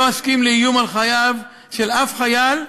לא אסכים לאיום על חייו של שום חייל,